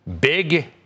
big